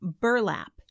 burlap